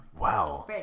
Wow